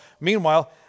Meanwhile